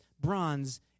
bronze